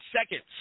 seconds